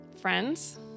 friends